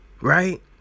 right